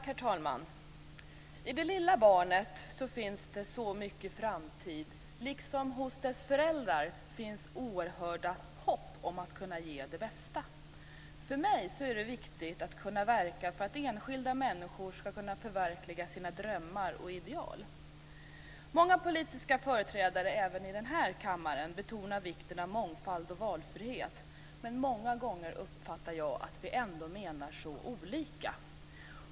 Herr talman! I det lilla barnet finns så mycket framtid, liksom det hos dess föräldrar finns ett oerhört stort hopp om att kunna ge barnet det bästa. För mig är det viktigt att kunna verka för att enskilda människor ska kunna förverkliga sina drömmar och ideal. Många politiska företrädare, även i denna kammare, betonar vikten av mångfald och valfrihet. Men många gånger uppfattar jag att vi ändå menar så olika.